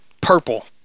purple